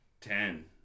Ten